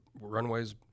runways